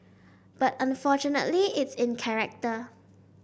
but unfortunately it's in character